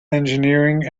engineering